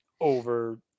over